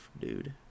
dude